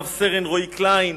רב-סרן רועי קליין